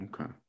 Okay